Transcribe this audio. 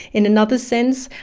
in another sense,